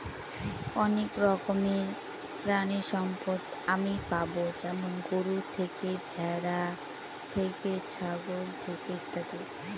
অনেক রকমের প্রানীসম্পদ আমি পাবো যেমন গরু থেকে, ভ্যাড়া থেকে, ছাগল থেকে ইত্যাদি